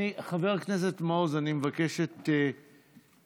חבר הכנסת מעוז, אני מבקש את סליחתך.